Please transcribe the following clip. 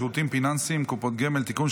שירותים פיננסיים (קופות גמל) (תיקון,